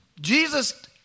Jesus